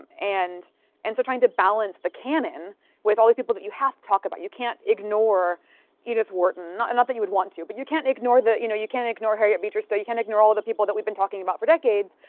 and and so trying to balance the canon with all these people that you have to talk about. you can't ignore edith wharton, not and not that you would want to, but you can't ignore, you know you can't ignore harriet beecher stowe, you can't ignore all the people that we've been talking about for decades,